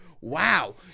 Wow